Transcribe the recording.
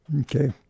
Okay